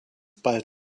bald